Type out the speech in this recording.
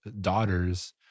daughters